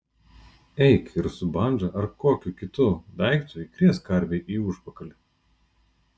eik ir su bandža ar kokiu kitu daiktu įkrėsk karvei į užpakalį